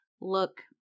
look